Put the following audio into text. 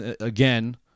again